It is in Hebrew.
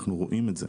אנחנו רואים את זה.